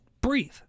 breathe